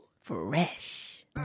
Fresh